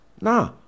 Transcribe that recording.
nah